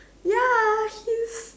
ya she's